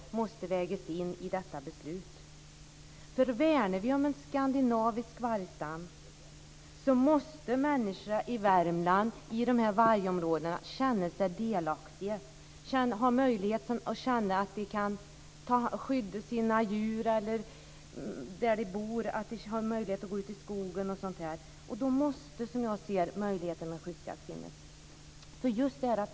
Om vi värnar om en skandinavisk vargstam måste människorna i dessa vargområden i Värmland känna sig delaktiga, känna att de kan skydda sina djur där de bor och ha möjlighet att gå ut i skogen. Då måste möjligheten till skyddsjakt finnas.